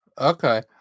Okay